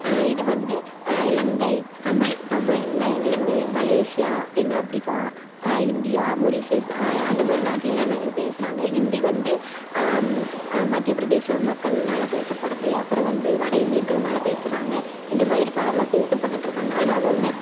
இது வந்து இலங்கை தமிழ் தமிழில் இலங்கை மலேசியா தென்னாப்ரிக்கா இந்தியா மொரீஷியஸ் அந்தமாரி நாட்டில் எல்லாம் நிறைய பேசுறாங்க இந்தி வந்து மத்தியப்பிரதேசம் மக்களினால பேசப்படுது அப்பறம் வந்து வட இந்தியர்களினால பேசுறாங்க இந்தமாதிரி பரவலா பேசப்பட்டுட்ருக்காங்க ஆனால் வந்து